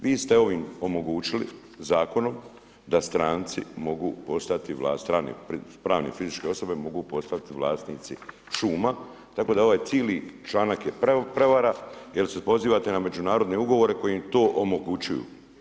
Vi ste ovim omogućili, zakonom, da stranci mogu postati, pravne fizičke osobe mogu postati vlasnici šuma tako da ovaj cijeli članak je prevara jer se pozivat na međunarodne ugovori koji to omogućuju.